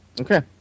Okay